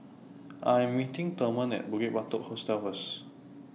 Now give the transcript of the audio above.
I Am meeting Thurman At Bukit Batok Hostel First